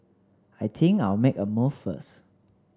I think I'll make a move first